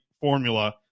formula